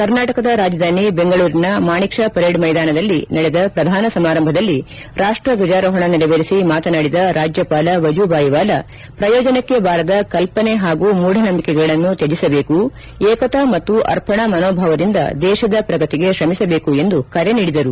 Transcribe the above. ಕರ್ನಾಟಕದ ರಾಜಧಾನಿ ಬೆಂಗಳೂರಿನ ಮಾಣಿಕ್ ಷಾ ಪೆರೇಡ್ ಮೈದಾನದಲ್ಲಿ ನಡೆದ ಪ್ರಧಾನ ಸಮಾರಂಭದಲ್ಲಿ ರಾಷ್ಟ್ ಧ್ಲಜಾರೋಹಣ ನೆರವೇರಿಸಿ ಮಾತನಾಡಿದ ರಾಜ್ಯಪಾಲ ವಜೂಭಾಯ್ ವಾಲಾ ಪ್ರಯೋಜನಕ್ಕೆ ಬಾರದ ಕಲ್ಪನೆ ಹಾಗೂ ಮೂಧನಂಬಿಕೆಗಳನ್ನು ತ್ಯಜಿಸಬೇಕು ಏಕತಾ ಮತ್ತು ಅರ್ಪಣಾ ಮನೋಭಾವದಿಂದ ದೇಶದ ಪ್ರಗತಿಗೆ ಶ್ರಮಿಸಬೇಕು ಎಂದು ಕರೆ ನೀಡಿದರು